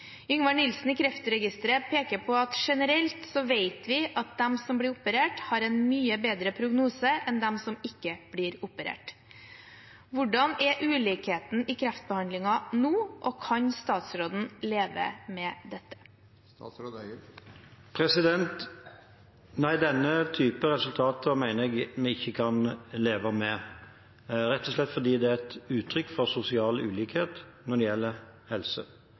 Yngvar Nilssen i Kreftregisteret peker på at «Generelt så vet vi at de som blir operert, har en mye bedre prognose enn de som ikke blir operert.» Hvordan er ulikheten i kreftbehandling nå, og kan statsråden leve med dette?» Nei, denne type resultater mener jeg vi ikke kan leve med, rett og slett fordi det er et uttrykk for sosial ulikhet når det gjelder helse.